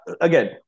Again